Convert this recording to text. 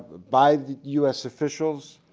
by us officials,